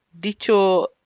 Dicho